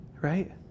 right